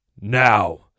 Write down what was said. now